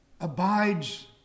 abides